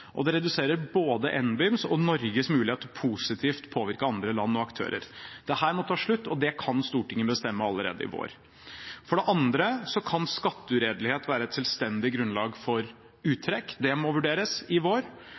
og det reduserer både NBIMs og Norges mulighet til positivt å påvirke andre land og aktører. Dette må ta slutt, og det kan Stortinget bestemme allerede i vår. For det andre kan skatteuredelighet være et selvstendig grunnlag for uttrekk – det må vurderes i vår